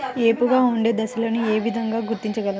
ఏపుగా ఉండే దశను ఏ విధంగా గుర్తించగలం?